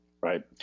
right